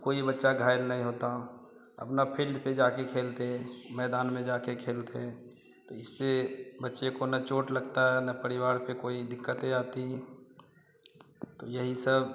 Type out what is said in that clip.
कोई बच्चा घायल नहीं होता अपना फिल्ड पर जाकर खेलते मैदान में जाकर खेलते तो इससे बच्चे को ना चोंट लगती ना परिवार पर कोई दिक़्क़तें आती तो यही सब